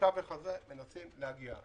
בתווך הזה אנחנו מנסים להגיע להסכם.